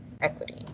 equity